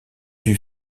dut